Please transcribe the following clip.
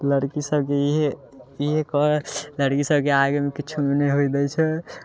लड़की सबके इहे इहे कह लड़की सबके आगे पीछे नहि होइ दै छै